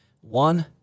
One